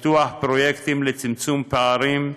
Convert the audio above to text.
פיתוח פרויקטים לצמצום פערים,